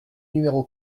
numéro